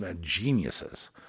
geniuses